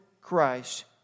Christ